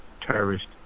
terrorist